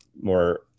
more